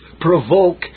provoke